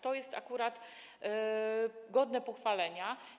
To jest akurat godne pochwalenia.